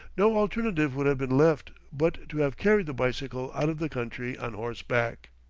no alternative would have been left but to have carried the bicycle out of the country on horseback.